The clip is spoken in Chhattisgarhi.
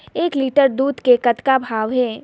एक लिटर दूध के कतका भाव हे?